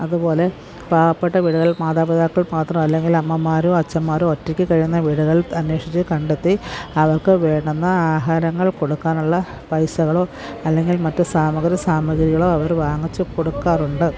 അതുപോലെ പാവപ്പെട്ട വീടുകളിൽ മാതാപിതാക്കൾ മാത്രമോ അല്ലെങ്കിൽ അമ്മമാരോ അച്ഛന്മാരോ ഒറ്റയ്ക്ക് കഴിയുന്ന വീടുകൾ അനേഷിച്ച് കണ്ടെത്തി അവർക്ക് വേണ്ടുന്ന ആഹാരങ്ങൾ കൊടുക്കാനുള്ള പൈസകളും അല്ലെങ്കിൽ മറ്റ് സാമഗ്രികളോ അവർ വാങ്ങിച്ച് കൊടുക്കാറുണ്ട്